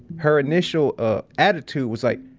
her initial ah attitude was like,